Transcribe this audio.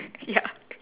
ya